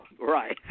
right